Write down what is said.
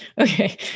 Okay